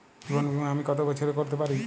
জীবন বীমা আমি কতো বছরের করতে পারি?